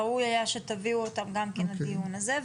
ראוי היה שתביאו אותם גם כן לדיון הזה,